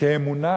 כאמונה